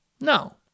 No